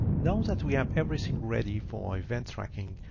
now that we have everything ready for event tracking,